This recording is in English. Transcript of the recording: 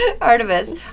Artemis